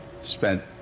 spent